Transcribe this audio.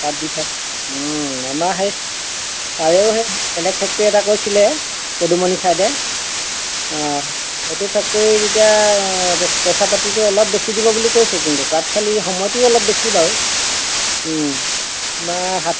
তাত দি থোৱা আমাৰ সেই ছাৰেও সেই বেলেগ ফেক্টৰি এটা কৈছিলে পদুমণি চাইডে সেইটো ফেক্টৰিত এতিয়া পইচা পাতিটো অলপ বেছি দিব বুলি কৈছে কিন্তু তাত খালি সময়টো অলপ বেছি বাৰু বা সাত